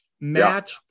Match